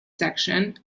section